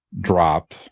drop